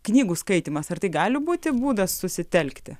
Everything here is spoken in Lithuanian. knygų skaitymas ar tai gali būti būdas susitelkti